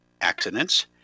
accidents